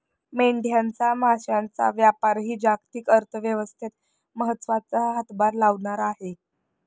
मेंढ्यांच्या मांसाचा व्यापारही जागतिक अर्थव्यवस्थेत महत्त्वाचा हातभार लावणारा आहे